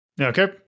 Okay